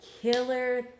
killer